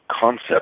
concept